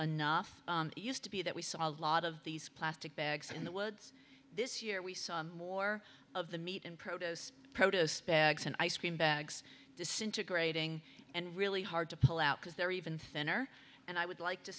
enough used to be that we saw a lot of these plastic bags in the woods this year we saw more of the meat and produce proto spags and ice cream bags disintegrating and really hard to pull out because they're even thinner and i would like to